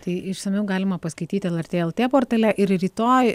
tai išsamiau galima paskaityti lrt lt portale ir rytoj